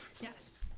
Yes